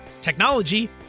technology